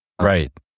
Right